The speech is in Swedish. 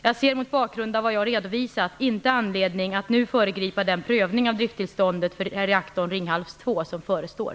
Jag ser mot bakgrund av vad jag redovisat inte anledning att nu föregripa den prövning av driftstillståndet för reaktorn Ringhals 2 som förestår.